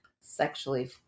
sexually